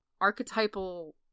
archetypal